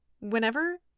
Whenever